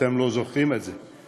אם אתם לא זוכרים את זה,